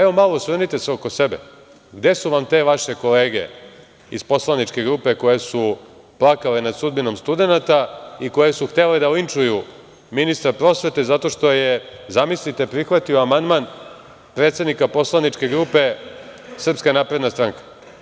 Evo, malo osvrnite se oko sebe, gde su vam te vaše kolege iz poslaničke grupe koje su plakale nad sudbinom studenata i koje su htele da linčuju ministra prosvete zato što je, zamislite, prihvatio amandman predsednika poslaničke grupe SNS?